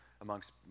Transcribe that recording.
amongst